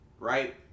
Right